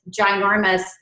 ginormous